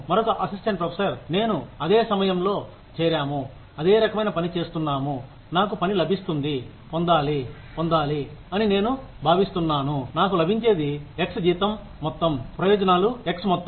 మరొక assistant professor నేను అదే సమయంలో చేరాము అదే రకమైన పని చేస్తున్నాము నాకు పని లభిస్తుంది పొందాలి పొందాలి అని నేను భావిస్తున్నాను నాకు లభించేది x జీతం మొత్తం ప్రయోజనాలు x మొత్తం